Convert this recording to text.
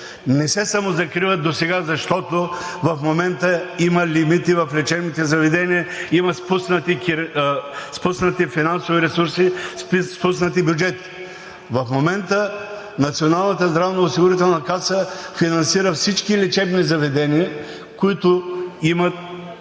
Не се закриват досега, защото в момента има лимити в лечебните заведения, има спуснати финансови ресурси, спуснати бюджети. В момента Националната здравноосигурителна каса финансира всички лечебни заведения, които